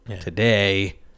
today